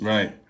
Right